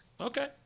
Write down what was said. Okay